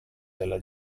della